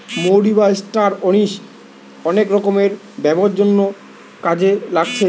মৌরি বা star anise অনেক রকমের ব্যামোর জন্যে কাজে লাগছে